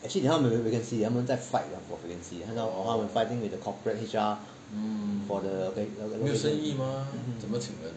actually 没有 vacancy 他们在 fight liao for vacancy 他们 fighting with the corporate H_R for the va~